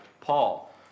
Paul